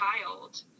child